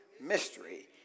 Mystery